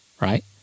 right